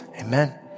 amen